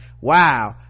wow